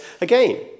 Again